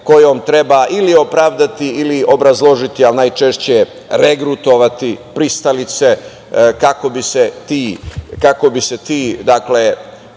kojom treba ili opravdati ili obrazložiti ali najčešće regrutovati pristalice kako bi se ti motivi,